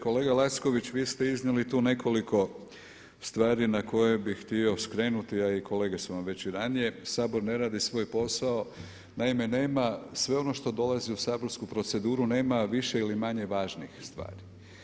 Kolega Lacković, vi ste iznijeli tu nekoliko stvari na koje bih htio skrenuti a kolege su vam već i ranije, Sabor ne radi svoj posao, naime nema, sve ono što dolazi u saborsku proceduru nema više ili manje važnih stvari.